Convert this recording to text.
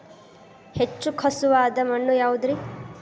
ಹೆಚ್ಚು ಖಸುವಾದ ಮಣ್ಣು ಯಾವುದು ರಿ?